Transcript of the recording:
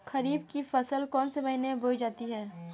खरीफ की फसल कौन से महीने में बोई जाती है?